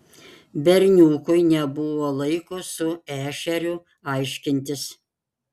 berniukui nebuvo laiko su ešeriu aiškintis